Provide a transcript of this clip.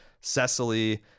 cecily